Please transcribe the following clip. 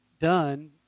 done